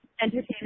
entertaining